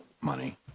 money